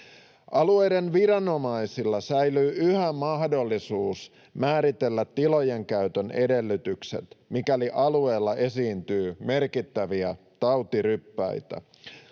Alueiden viranomaisilla säilyy yhä mahdollisuus määritellä tilojen käytön edellytykset, mikäli alueella esiintyy merkittäviä tautiryppäitä.